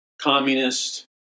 communist